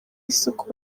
isuku